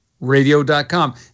radio.com